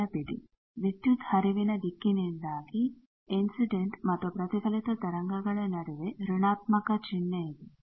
ನೆನಪಿಡಿ ವಿದ್ಯುತ್ ಹರಿವಿನ ದಿಕ್ಕಿನಿಂದಾಗಿ ಇನ್ಸಿಡೆಂಟ್ ಮತ್ತು ಪ್ರತಿಫಲಿತ ತರಂಗಗಳ ನಡುವೆ ಋಣಾತ್ಮಕ ಚಿಹ್ನೆ ಇದೆ